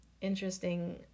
interesting